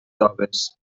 toves